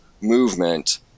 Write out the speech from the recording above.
movement